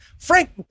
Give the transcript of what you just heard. Frank